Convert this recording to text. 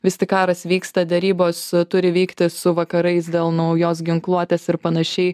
vis tik karas vyksta derybos turi vykti su vakarais dėl naujos ginkluotės ir panašiai